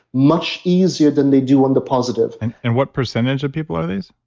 much easier than they do on the positive and and what percentage of people are these?